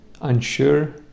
unsure